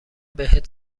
بهت